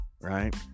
Right